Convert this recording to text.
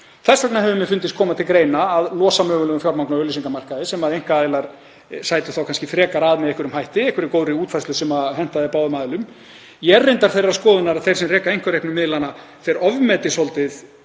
Þess vegna hefur mér fundist koma til greina að losa mögulega um fjármagn á auglýsingamarkaði, sem einkaaðilar sætu þá kannski frekar að með einhverjum hætti, einhverri góðri útfærslu sem hentaði báðum aðilum. Ég er reyndar þeirrar skoðunar að þeir sem reka einkareknu miðlana ofmeti svolítið